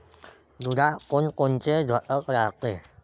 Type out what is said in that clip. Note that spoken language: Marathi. दुधात कोनकोनचे घटक रायते?